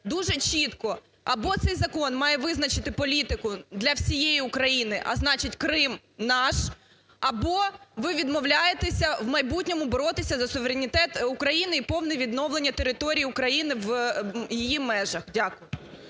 Дуже чітко: або цей закон має визначити політику для всієї України, а значить, Крим – наш; або ви відмовляєтесь в майбутньому боротися за суверенітет України і повне відновлення території України в її межах. Дякую.